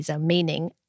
Meaning